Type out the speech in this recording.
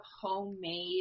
homemade